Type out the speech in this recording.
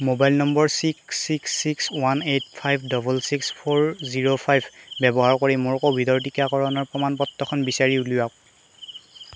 mobile number six six six one eight five double six four zero five ব্যৱহাৰ কৰি মোৰ ক'ভিডৰ টিকাকৰণৰ প্ৰমাণ পত্ৰখন বিচাৰি উলিয়াওক